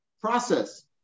process